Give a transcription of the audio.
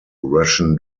russian